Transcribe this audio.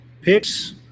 picks